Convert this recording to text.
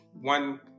one